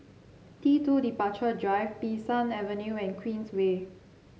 T two Departure Drive Bee San Avenue and Queensway